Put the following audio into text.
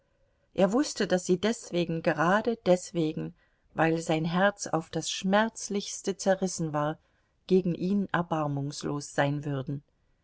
er wußte daß sie deswegen gerade deswegen weil sein herz auf das schmerzlichste zerrissen war gegen ihn erbarmungslos sein würden